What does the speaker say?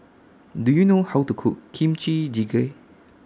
Do YOU know How to Cook Kimchi Jjigae